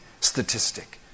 statistic